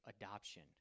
adoption